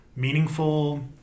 meaningful